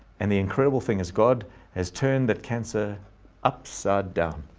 and the incredible thing as god has turned that cancer upside down,